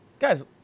Guys